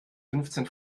fünfzehn